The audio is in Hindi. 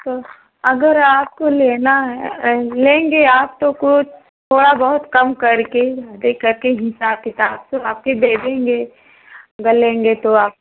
अग अगर आपको लेना है लेंगे आप तो कुछ थोड़ा बहुत कम करके ही कम करके हिसाब किताब करके आपको दे देंगे अगर लेंगे तो आप